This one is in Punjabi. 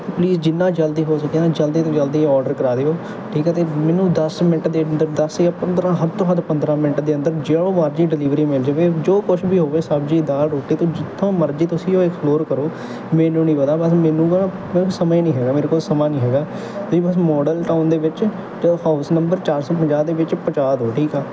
ਅਤੇ ਪਲੀਜ਼ ਜਿੰਨਾ ਜਲਦੀ ਹੋ ਸਕੇ ਨਾ ਜਲਦੀ ਤੋਂ ਜਲਦੀ ਆਰਡਰ ਕਰਵਾ ਦਿਓ ਠੀਕ ਆ ਅਤੇ ਮੈਨੂੰ ਦਸ ਮਿੰਟ ਦੇ ਅੰਦਰ ਦਸ ਜਾਂ ਪੰਦਰਾ ਹੱਦ ਤੋਂ ਹੱਦ ਪੰਦਰਾ ਮਿੰਟ ਦੇ ਅੰਦਰ ਜੋ ਮਰਜ਼ੀ ਡਲੀਵਰੀ ਮਿਲ ਜਾਵੇ ਜੋ ਕੁਝ ਵੀ ਹੋਵੇ ਸਬਜ਼ੀ ਦਾਲ ਰੋਟੀ ਅਤੇ ਜਿੱਥੋਂ ਮਰਜ਼ੀ ਤੁਸੀਂ ਉਹ ਐਕਸਫਲੋਰ ਕਰੋ ਮੈਨੂੰ ਨਹੀਂ ਪਤਾ ਬਸ ਮੈਨੂੰ ਤਾਂ ਹੁਣ ਸਮੇਂ ਨਹੀਂ ਹੈਗਾ ਮੇਰੇ ਕੋਲ ਸਮਾਂ ਨਹੀਂ ਹੈਗਾ ਇਹ ਬਸ ਮਾਡਲ ਟਾਊਨ ਦੇ ਵਿੱਚ ਅਤੇ ਹਾਊਸ ਨੰਬਰ ਚਾਰ ਸੌ ਪੰਜਾਹ ਦੇ ਵਿੱਚ ਪਹੁੰਚਾ ਦਿਓ ਠੀਕ ਆ